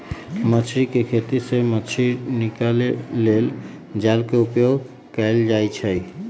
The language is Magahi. मछरी कें खेति से मछ्री निकाले लेल जाल के उपयोग कएल जाइ छै